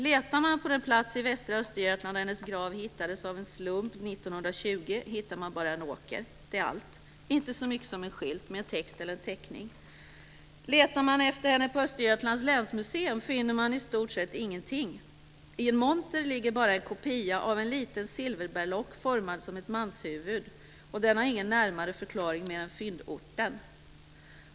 Letar man på den plats i västra Östergötland där hennes grav hittades av en slump år 1920 finner man bara en åker. Det är allt. Inte så mycket som en skylt med en text eller en teckning. Letar man efter henne på Östergötlands länsmuseum finner man i stort sett ingenting. I en monter ligger bara en kopia av en liten silverberlock formad som ett manshuvud. Den har ingen närmare förklaring mer än fyndorten.